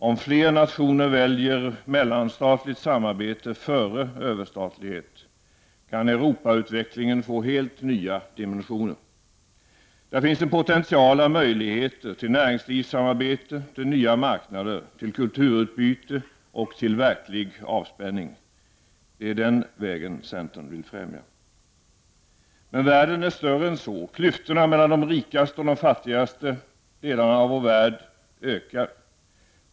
Om fler nationer väljer mellanstatligt samarbete före överstatlighet, kan Europautvecklingen få helt nya dimensioner. Där finns en potential av möjligheter — till näringslivssamarbete, till nya marknader, till kulturutbyte och till verklig avspänning. Det är den vägen centern vill främja. Men världen är större än så. Klyftorna mellan de rikaste och fattigaste delarna i vår värld ökar.